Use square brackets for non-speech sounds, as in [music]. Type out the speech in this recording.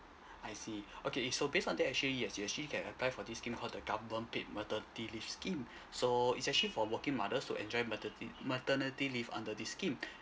I see [breath] okay it so based on that actually yes you actually can apply for this scheme called the government paid maternity leave scheme so it's actually for working mothers to enjoy materti~ maternity leave under this scheme [breath]